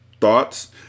thoughts